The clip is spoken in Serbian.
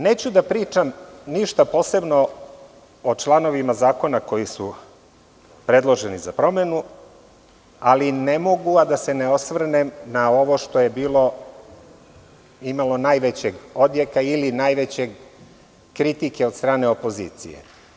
Neću da pričam ništa posebno o članovima zakona koji su predloženi za promenu, ali ne mogu a da se ne osvrnem na ovo što je imalo najviše odjeka i najviše kritika od strane opozicije.